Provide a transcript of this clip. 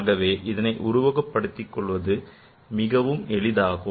ஆகவே இதனை உருவகப் படுத்திக் கொள்வது மிக எளிதாகும்